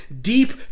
deep